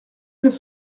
neuf